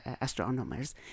astronomers